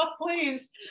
please